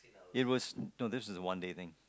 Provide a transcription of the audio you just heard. it was no this is a one day thing